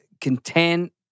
content